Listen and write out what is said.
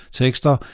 tekster